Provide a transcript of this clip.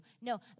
No